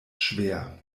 schwer